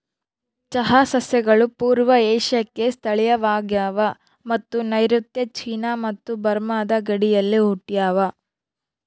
ಚಹಾ ಸಸ್ಯಗಳು ಪೂರ್ವ ಏಷ್ಯಾಕ್ಕೆ ಸ್ಥಳೀಯವಾಗವ ಮತ್ತು ನೈಋತ್ಯ ಚೀನಾ ಮತ್ತು ಬರ್ಮಾದ ಗಡಿಯಲ್ಲಿ ಹುಟ್ಟ್ಯಾವ